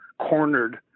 cornered